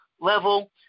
Level